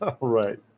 right